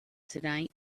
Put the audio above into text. tonight